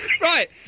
Right